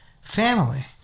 family